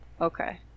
Okay